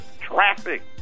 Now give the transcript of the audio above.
traffic